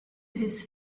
his